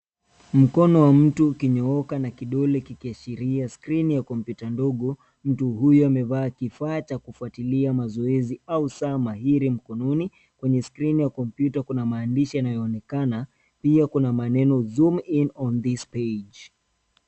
Mkono wa mtu ukinyooka na kidole kikiashiria skrini ya kompyuta ndogo, mtu huyu amevaa kifaa cha kufuatilia mazoezi au saa mahiri mkononi kwenye skrini ya kompyuta kuna maandishi yanaoenakana, pia kuna maneno, "Zoom in on this page."